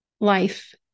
life